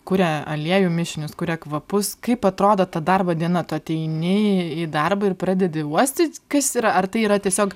kuria aliejų mišinius kuria kvapus kaip atrodo ta darbo diena tu ateini į darbą ir pradedi uostyt kas yra ar tai yra tiesiog